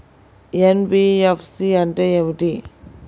NBFC అంటే ఏమిటి?